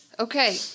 Okay